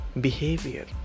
behavior